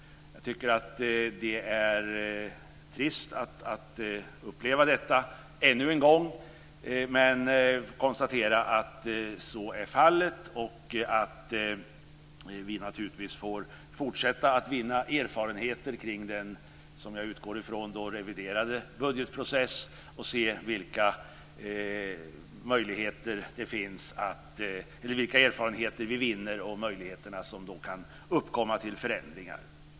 Jag tycker att det är trist att uppleva detta ännu en gång men konstaterar att så är fallet och att vi naturligtvis får fortsätta att vinna erfarenheter kring den då, som jag utgår ifrån, reviderade budgetprocessen. Vi får se vilka erfarenheter vi vinner och vilka möjligheter till förändringar som då kan uppkomma.